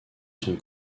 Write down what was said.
son